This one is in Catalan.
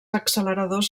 acceleradors